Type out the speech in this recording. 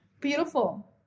Beautiful